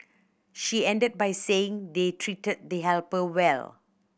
she ended by saying they treated the helper well